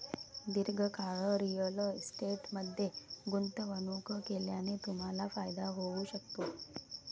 दीर्घकाळ रिअल इस्टेटमध्ये गुंतवणूक केल्याने तुम्हाला फायदा होऊ शकतो